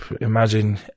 imagine